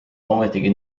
ometigi